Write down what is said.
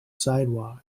sidewalk